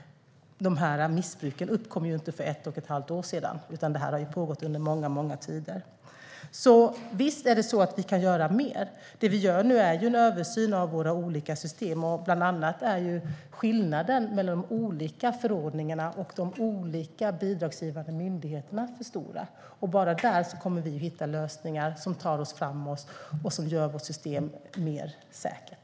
Missbruken uppkom ju inte för ett och ett halvt år sedan, utan det här har pågått under lång tid. Visst kan vi göra mer. Det vi gör nu är en översyn av våra olika system. Bland annat är skillnaden mellan de olika förordningarna och de olika bidragsgivande myndigheterna för stora. Bara där kommer vi att hitta lösningar som tar oss framåt och som gör vårt system mer säkert.